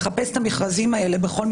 זה ברור לנו.